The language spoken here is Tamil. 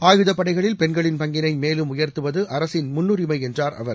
ஆயுத படைகளில் பெண்களின் பங்கிளை மேலும் உயா்த்துவது அரசின் முன்னுரிமை என்றார் அவர்